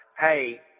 Hey